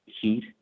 heat